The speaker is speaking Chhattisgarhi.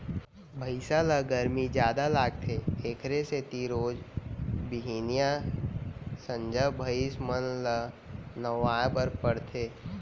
भइंस ल गरमी जादा लागथे एकरे सेती रोज बिहनियॉं, संझा भइंस मन ल नहवाए बर परथे